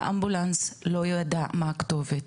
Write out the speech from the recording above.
האמבולנס לא ידע מה הכתובת.